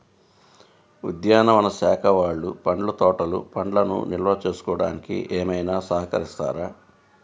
ఉద్యానవన శాఖ వాళ్ళు పండ్ల తోటలు పండ్లను నిల్వ చేసుకోవడానికి ఏమైనా సహకరిస్తారా?